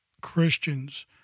Christians